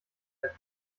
der